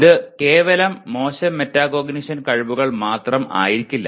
ഇത് കേവലം മോശം മെറ്റാകോഗ്നിഷൻ കഴിവുകൾ മാത്രം ആയിരിക്കില്ല